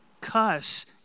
cuss